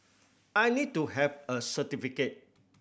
I need to have a certificate